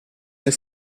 nel